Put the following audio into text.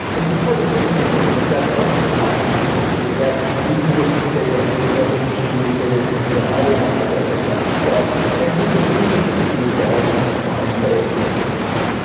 and because of the semantics of a set, once an object is put into the set, we can just say that you know it should be inserted into the other replica of the set as well and we can asynchronously resolve and combine those conflicting updates.